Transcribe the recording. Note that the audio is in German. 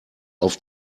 auf